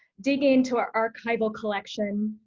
dig into our archival collection.